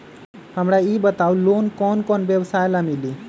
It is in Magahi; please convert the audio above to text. हमरा ई बताऊ लोन कौन कौन व्यवसाय ला मिली?